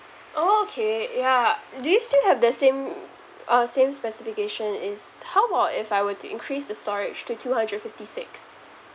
okay yeah do you still have the same uh same specification is how about if I were to increase the storage to two hundred fifty six